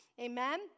Amen